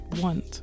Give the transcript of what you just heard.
want